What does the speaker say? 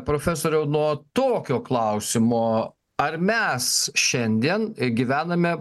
profesoriau nuo tokio klausimo ar mes šiandien gyvename